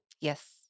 Yes